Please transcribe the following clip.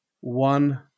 One